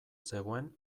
zegoen